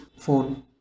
phone